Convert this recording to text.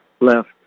left